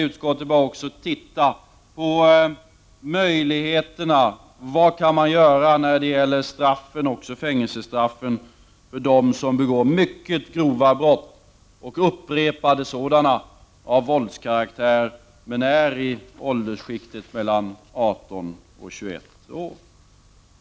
Utskottet bör även se på vad man kan göra när det gäller fängelsestraffen för dem som begår mycket grova — och upprepade — brott av våldskaraktär, men befinner sig i åldersskiktet 18-21 år.